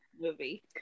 movie